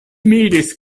miris